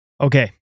Okay